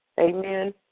Amen